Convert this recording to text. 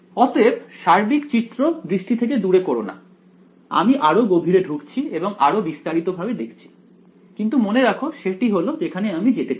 অতএব সার্বিক চিত্র দৃষ্টি থেকে দূরে করো না আমি আরো গভীরে ঢুকছি এবং আরো বিস্তারিত ভাবে দেখছি কিন্তু মনে রাখো সেটি হলো যেখানে আমি যেতে চাই